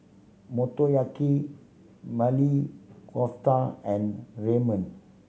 Motoyaki Maili Kofta and Ramen